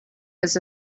his